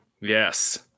Yes